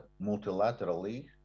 multilaterally